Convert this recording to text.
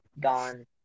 gone